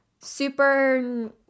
super